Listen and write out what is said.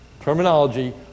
terminology